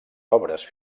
obres